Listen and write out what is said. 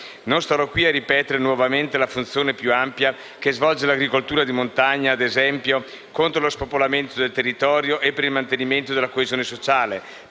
Non starò qui a ripetere nuovamente la funzione più ampia che svolge l'agricoltura di montagna, ad esempio contro lo spopolamento del territorio e per il mantenimento della coesione sociale,